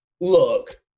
Look